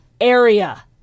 area